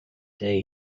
day